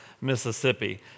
Mississippi